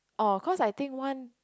oh cause I think one